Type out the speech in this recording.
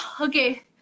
Okay